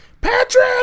Patrick